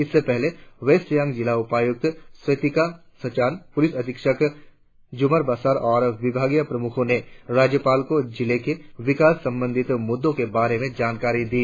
इससे पहले वेस्ट सियांग जिला उपायुक्त स्वेतिका सचान पुलिस अधीक्षक जुमार बसर और विभाग प्रमुखों ने राज्यपाल को जिले के विकास संबंधी मुद्दों के बारे में जानकारी दी